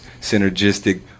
synergistic